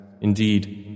Indeed